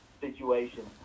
situation